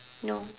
no